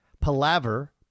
Palaver